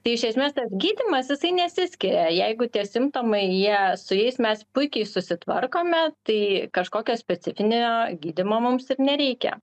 tai iš esmės tas gydymas jisai nesiskiria jeigu tie simptomai jie su jais mes puikiai susitvarkome tai kažkokio specifinio gydymo mums ir nereikia